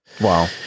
Wow